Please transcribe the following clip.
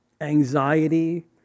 anxiety